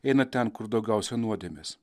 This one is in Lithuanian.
eina ten kur daugiausiai nuodėmės